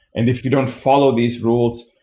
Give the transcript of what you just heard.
and if you don't follow these rules,